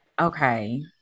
Okay